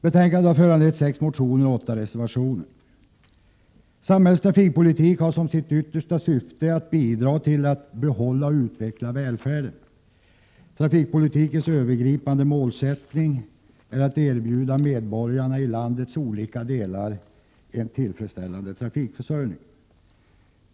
I dessa frågor har sex motioner väckts, och åtta reservationer har fogats till betänkandet. Samhällets trafikpolitik har som sitt yttersta syfte att bidra till att behålla och utveckla välfärden. Trafikpolitikens övergripande målsättning är att erbjuda medborgarna i landets olika delar en tillfredsställande trafikförsörjning.